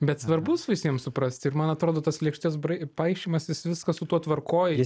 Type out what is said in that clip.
bet svarbus visiems suprasti ir man atrodo tas lėkštes brai paišimas jis viskas su tuo tvarkoj